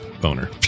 boner